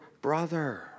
brother